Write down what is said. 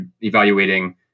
evaluating